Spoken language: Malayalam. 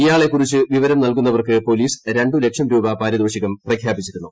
ഇയാളെക്കുറിച്ച് വിവരം നൽകുന്നവർക്ക് പോലീസ് രണ്ട് ലക്ഷം രൂപ പാരിതോഷികം പ്രഖ്യാപിച്ചിരുന്നു